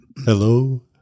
Hello